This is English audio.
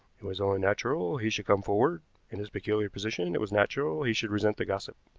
it was only natural he should come forward in his peculiar position it was natural he should resent the gossip.